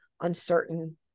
uncertain